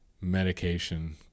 medication